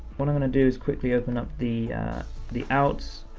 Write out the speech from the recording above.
what i'm gonna do is quickly open up the the outs,